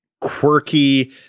quirky